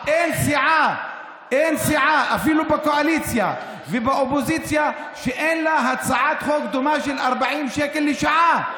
אין סיעה בקואליציה ובאופוזיציה שאין לה הצעת חוק דומה של 40 שקל לשעה.